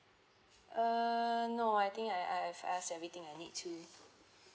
err no I think I I have asked everything I need to